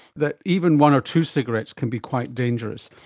that even one or two cigarettes can be quite dangerous.